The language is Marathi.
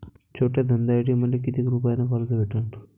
छोट्या धंद्यासाठी मले कितीक रुपयानं कर्ज भेटन?